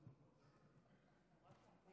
אדוני היושב-ראש,